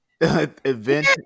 event